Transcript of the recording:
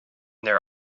their